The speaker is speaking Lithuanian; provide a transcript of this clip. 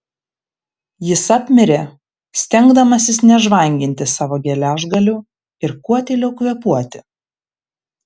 jis apmirė stengdamasis nežvanginti savo geležgalių ir kuo tyliau kvėpuoti